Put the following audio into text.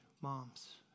moms